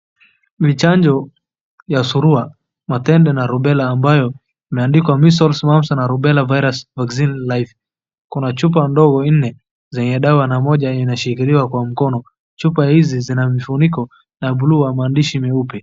Ni chanjo ya surua, matende na rubela ambayo imeandikwa measles virus na rubella virus vaccine life kuna chupa ndogo nne zenye dawa na moja imeshikiliwa kwa mkono. Chupa izi zina vifuniko vya buluu na maandishi meupe.